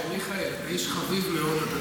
מיכאל, אתה איש חביב מאוד.